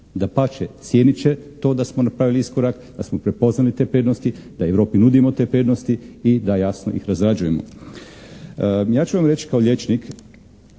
Dapače, cijenit će to da smo napravili iskorak, da smo prepoznali te prednosti, da Europi nudimo te prednosti i da jasno ih razrađujemo. Ja ću vam reći kao liječnik,